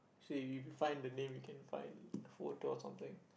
see if you find the name you can find a photo or something